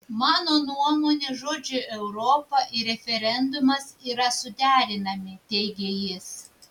mano nuomone žodžiai europa ir referendumas yra suderinami teigė jis